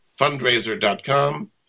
fundraiser.com